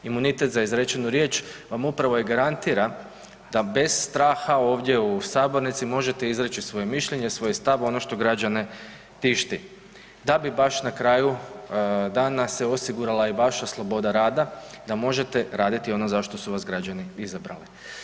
Imunitet za izrečenu riječ vam upravo i garantira da bez straha ovdje u sabornici možete izreći svoje mišljenje, svoj stav, ono što građane tišti da bi baš na kraju dana se osigurala i vaša sloboda rada, da možete raditi ono za što su vas građani izabrali.